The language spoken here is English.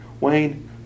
Wayne